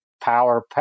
power